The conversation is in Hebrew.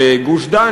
בגוש-דן,